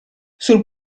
sul